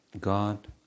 God